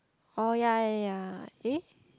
oh ya ya ya eh